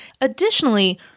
Additionally